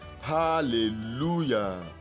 Hallelujah